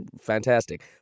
Fantastic